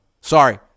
Sorry